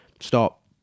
stop